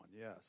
yes